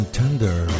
tender